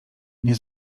nie